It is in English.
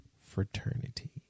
fraternity